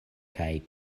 kaj